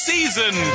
Season